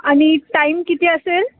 आणि टाईम किती असेल